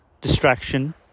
distraction